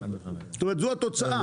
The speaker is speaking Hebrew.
זאת אומרת, זו התוצאה.